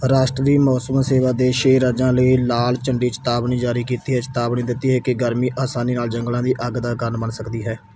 ਰਾਸ਼ਟਰੀ ਮੌਸਮ ਸੇਵਾ ਦੇ ਛੇ ਰਾਜਾਂ ਲਈ ਲਾਲ ਝੰਡੀ ਚੇਤਾਵਨੀ ਜਾਰੀ ਕੀਤੀ ਹੈ ਇਹ ਚੇਤਾਵਨੀ ਦਿੱਤੀ ਹੈ ਕਿ ਗਰਮੀ ਆਸਾਨੀ ਨਾਲ ਜੰਗਲਾਂ ਦੀ ਅੱਗ ਦਾ ਕਾਰਨ ਬਣ ਸਕਦੀ ਹੈ